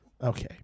Okay